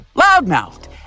loud-mouthed